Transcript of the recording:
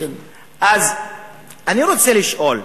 אני רוצה לשאול,